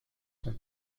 son